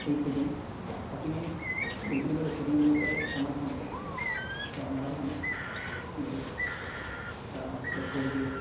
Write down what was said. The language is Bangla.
এই সেদিন ফরটি নাইন সেঞ্চুরি করে সচিন তেন্ডুলকারের সমান সমান হয়ে গেছে তো আপনারাও জানেন ক্রিকেট তা বিরাট কোহলিকে